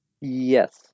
Yes